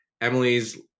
Emily's